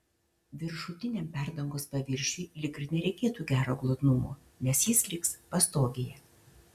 viršutiniam perdangos paviršiui lyg ir nereikėtų gero glotnumo nes jis liks pastogėje